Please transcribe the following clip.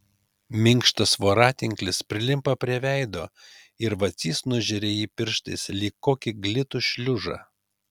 minkštas voratinklis prilimpa prie veido ir vacys nužeria jį pirštais lyg kokį glitų šliužą